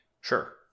Sure